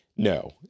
No